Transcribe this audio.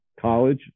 college